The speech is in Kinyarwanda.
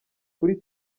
kuri